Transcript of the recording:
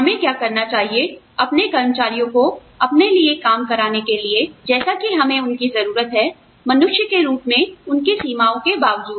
हमें क्या करना चाहिए अपने कर्मचारियों को अपने लिए काम कराने के लिए जैसा कि हमें उनकी जरूरत है मनुष्य के रूप में उनकी सीमाओं के बावजूद